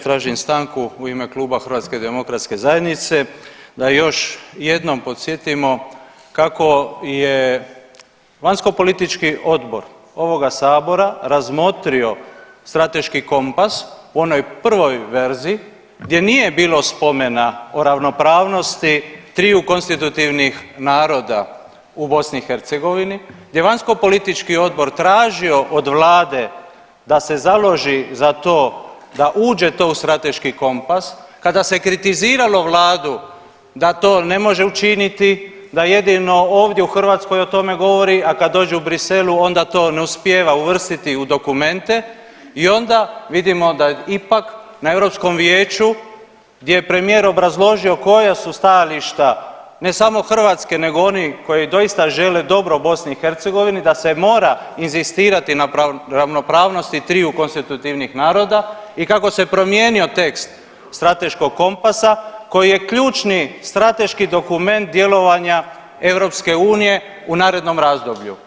Tražim stanku u ime kluba HDZ-a da još jednom podsjetimo kako je vanjskopolitički odbor ovoga sabora razmotrio strateški kompas u onoj prvoj verziji gdje nije bilo spomena o ravnopravnosti triju konstitutivnih naroda u BiH, gdje je vanjskopolitički odbor tražio od vlade da se založi za to da uđe to u strateški kompas, kada se kritiziralo vladu da to ne može učiniti, da jedino ovdje u Hrvatskoj o tome govori, a kad dođe u Bruxelles onda to ne uspijeva uvrstiti u dokumente i onda vidimo da ipak na Europskom vijeću gdje je premijer obrazložio koja su stajališta ne samo Hrvatske nego oni koji doista žele dobro BiH da se mora inzistirati na ravnopravnosti triju konstitutivnih naroda i kako se promijenio tekst strateškog kompasa koji je ključni strateški dokument djelovanja EU u narednom razdoblju.